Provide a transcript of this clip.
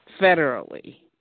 federally